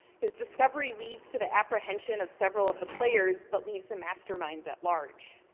his discovery leads to the apprehension of several of the players, but leaves the masterminds at large.